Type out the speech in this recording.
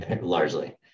largely